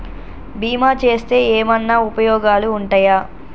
బీమా చేస్తే ఏమన్నా ఉపయోగాలు ఉంటయా?